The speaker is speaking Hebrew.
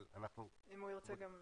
אבל אנחנו מודים,